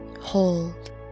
hold